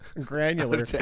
granular